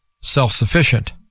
self-sufficient